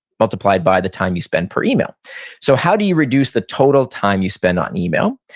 multiplied by the time you spend per email so how do you reduce the total time you spend on email?